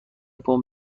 پمپ